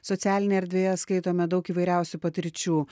socialinėje erdvėje skaitome daug įvairiausių patirčių